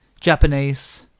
Japanese